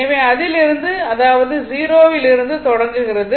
எனவே அதிலிருந்து அதாவது 0 இல் இருந்து தொடங்குகிறது